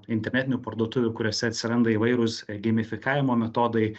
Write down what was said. internetinių parduotuvių kuriose atsiranda įvairūs geimifikavimo metodai